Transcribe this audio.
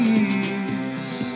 Peace